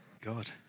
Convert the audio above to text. God